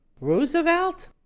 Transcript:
Roosevelt